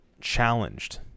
challenged